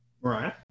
right